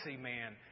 man